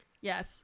Yes